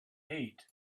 hate